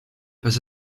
but